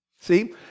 see